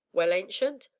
well, ancient?